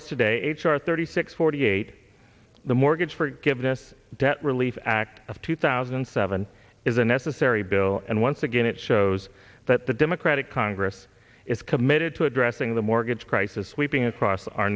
us today h r thirty six forty eight the mortgage forgiveness debt relief act of two thousand and seven is a necessary bill and once again it shows that the democratic congress is committed to addressing the mortgage crisis sweeping across our